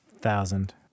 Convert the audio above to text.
Thousand